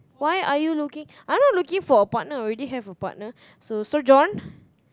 why are you looking I'm not looking for a partner I already have a partner so so John